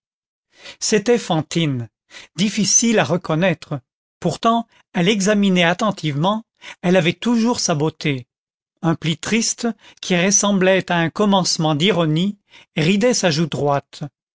c'était fantine difficile à reconnaître pourtant à l'examiner attentivement elle avait toujours sa beauté un pli triste qui ressemblait à un commencement d'ironie ridait sa joue droite